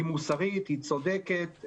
היא מוסרית והיא צודקת.